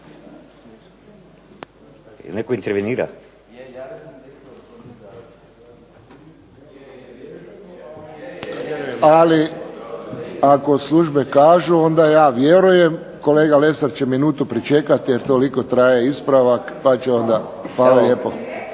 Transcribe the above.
Nema zabilježeno, ali ako službe kažu onda ja vjerujem. Kolega Lesar će minutu pričekati jer toliko traje ispravak pa će onda. Hvala lijepo.